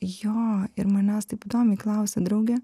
jo ir manęs taip įdomiai klausia draugė